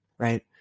Right